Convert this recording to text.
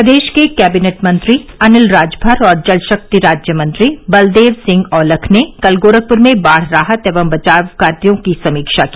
प्रदेश के कैबिनेट मंत्री अनिल राजभर और जल शक्ति राज्य मंत्री बलदेव सिंह औलख ने कल गोरखप्र में बाढ़ राहत एवं बचाव कार्यो की समीक्षा की